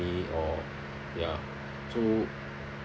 only or ya so